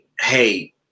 hey